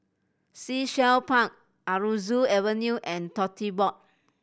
Sea Shell Park Aroozoo Avenue and Tote Board